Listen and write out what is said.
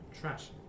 trash